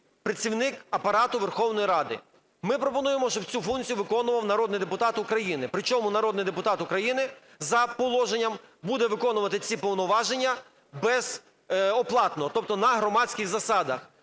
працівник Апарату Верховної Ради. Ми пропонуємо, щоб цю функцію виконував народний депутат України, причому народний депутат України за положенням буде виконувати ці повноваження безоплатно, тобто на громадських засадах.